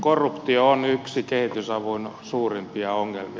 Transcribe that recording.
korruptio on yksi kehitysavun suurimpia ongelmia